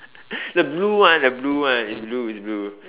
the blue one the blue one it's blue it's blue